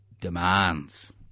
demands